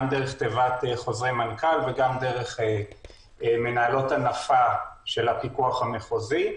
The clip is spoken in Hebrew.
גם דרך תיבת חוזרי מנכ"ל וגם דרך מנהלות הנפה של הפיקוח המחוזי.